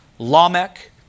Lamech